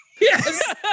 Yes